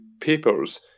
papers